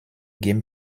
game